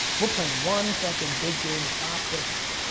we're playing one fucking big game of optics.